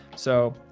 so,